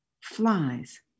flies